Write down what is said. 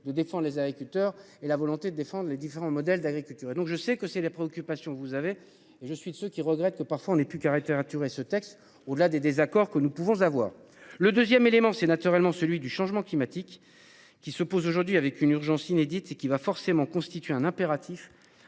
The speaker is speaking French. de défend les agriculteurs et la volonté de défendre les différents modèles d'agriculture et donc je sais que c'est des préoccupations. Vous avez et je suis de ceux qui regrettent que parfois on ait pu qu'arrêter raturer ce texte au-delà des désaccords que nous pouvons avoir le 2ème élément c'est naturellement celui du changement climatique qui se pose aujourd'hui avec une urgence inédite, c'est qui va forcément constituer un impératif